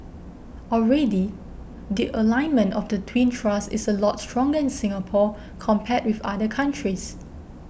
already the alignment of the twin thrusts is a lot stronger in Singapore compared with other countries